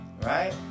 right